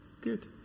good